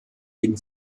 gegen